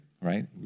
right